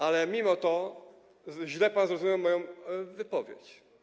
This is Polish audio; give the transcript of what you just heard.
Ale mimo to źle pan zrozumiał moją wypowiedź.